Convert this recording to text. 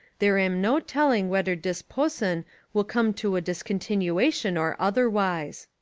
dere am no telling whether dis pusson will come to a dis continuation or otherwise.